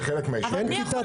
מי יכול